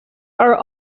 are